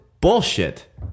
bullshit